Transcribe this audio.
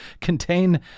contain